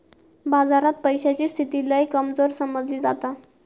बाजारात पैशाची स्थिती लय कमजोर समजली जाता